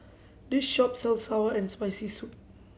this shop sells sour and Spicy Soup